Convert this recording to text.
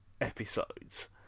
episodes